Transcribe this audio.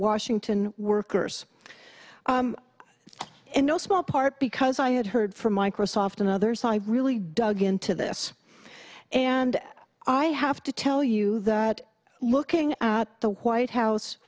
washington workers in no small part because i had heard from microsoft and others i've really dug into this and i have to tell you that looking at the white house